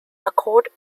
accord